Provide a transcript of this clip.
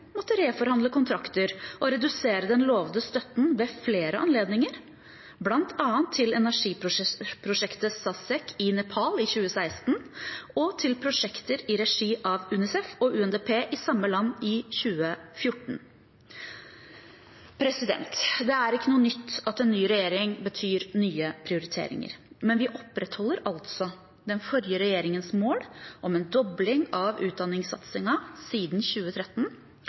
måtte reforhandle kontrakter og redusere den lovede støtten ved flere anledninger, bl.a. til energiprosjektet SASEC i Nepal i 2016 og til prosjekter i regi av UNICEF og UNDP i samme land i 2014. Det er ikke noe nytt at en ny regjering betyr nye prioriteringer, men vi opprettholder altså den forrige regjeringens mål om en dobling av utdanningssatsingen siden 2013,